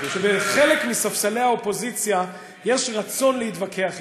שבחלק מספסלי האופוזיציה יש רצון להתווכח אתי,